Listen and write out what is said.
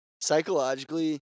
psychologically